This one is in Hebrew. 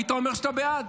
היית אומר שאתה בעד.